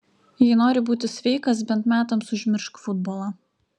jei nori būti sveikas bent metams užmiršk futbolą